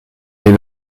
les